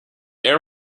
air